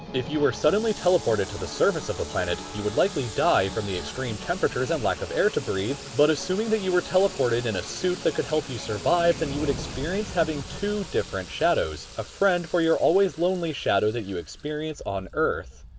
if you were suddenly teleported to the surface of the planet, you would likely die from the extreme temperatures and lack of air to breathe. but assuming that you were teleported in a suit that could help you survive, then you would experience having two different shadows. a friend for your always lonely shadow that you experience on earth.